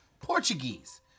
Portuguese